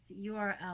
URL